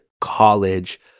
college